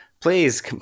Please